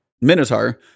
Minotaur